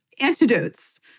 antidotes